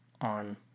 on